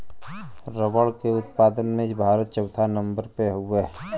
रबड़ के उत्पादन में भारत चउथा नंबर पे हउवे